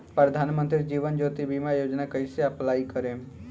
प्रधानमंत्री जीवन ज्योति बीमा योजना कैसे अप्लाई करेम?